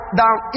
down